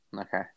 okay